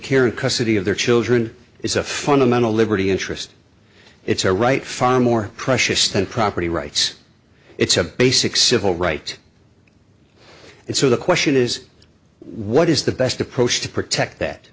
and custody of their children is a fundamental liberty interest it's a right far more precious than property rights it's a basic civil right and so the question is what is the best approach to protect that